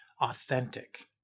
authentic